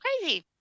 crazy